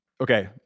Okay